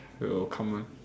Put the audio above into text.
will come one